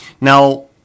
Now